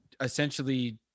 essentially